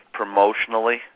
promotionally